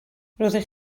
roeddech